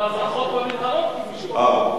אבל ההברחות במנהרות, כפי שהוא אמר.